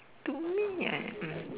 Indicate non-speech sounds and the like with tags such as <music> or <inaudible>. to me <noise> mm